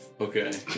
Okay